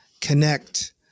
connect